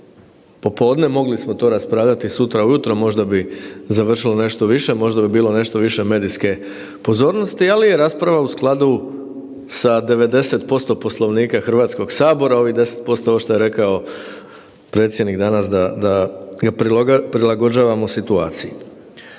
popodne, mogli smo to raspravljati sutra ujutro, možda bi završilo nešto više, možda bi bilo nešto više medijske pozornosti, ali je rasprava u skladu sa 90% Poslovnika Hrvatskog sabora, ovih 10% ovo što je rekao predsjednik dana da ga prilagođavamo situaciji.